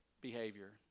behavior